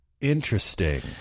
Interesting